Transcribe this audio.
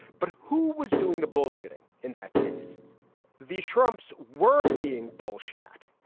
but who was doing the bullshitting. in that case the trumps were being bullshit.